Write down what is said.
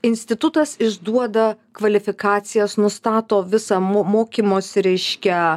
institutas išduoda kvalifikacijas nustato visą mokymosi reiškia